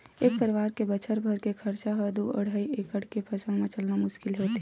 एक परवार के बछर भर के खरचा ह दू अड़हई एकड़ के फसल म चलना मुस्कुल होथे